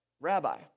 Rabbi